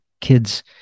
kids